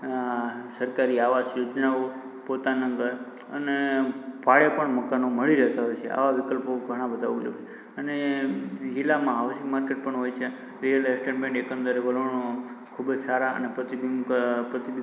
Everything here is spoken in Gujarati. અં સરકારી આવાસ યોજનાઓ પોતાના ઘર અને ભાડે પણ મકાનો મળી રહેતાં હોય છે આવા વિકલ્પો ઘણા બધા હોય અને જિલ્લામાં હોલસેલ માર્કેટ પણ હોય છે રીયલ એસ્ટેટમાં પણ એકંદરે વલણો ખૂબ જ સારા અને પ્રતિક અં પ્રતિકૂળ